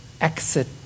exit